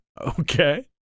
Okay